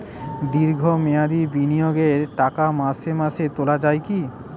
দীর্ঘ মেয়াদি বিনিয়োগের টাকা মাসে মাসে তোলা যায় কি?